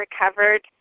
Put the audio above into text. recovered